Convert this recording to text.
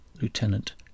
Lieutenant